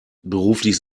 beruflich